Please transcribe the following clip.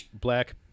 black